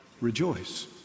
Rejoice